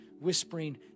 whispering